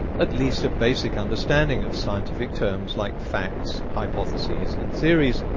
at least a basic understanding of scientific terms like facts, hypotheses, and theories,